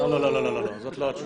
לא, לא, לא, זאת לא התשובה.